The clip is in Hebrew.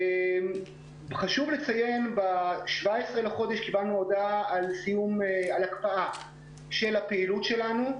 חשוב לציין שב-17 לחודש קיבלנו הודעה על הקפאה של הפעילות שלנו.